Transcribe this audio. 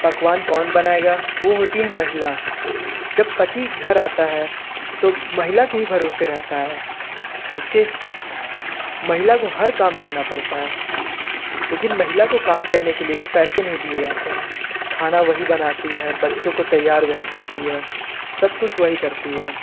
पकवान कौन बनाएगा वो होती है महिला जब पति घर आता है तो महिला के ही भरोसे रहता है उसके महिला को हर काम करना पड़ता है लेकिन महिला को काम करने के लिए पैसे नहीं दिये जाते हैं खाना वही बनाती है बच्चों को तैयार वही करती है सब कुछ वही करती है